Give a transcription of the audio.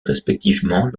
respectivement